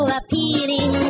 appealing